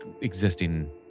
existing